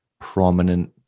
prominent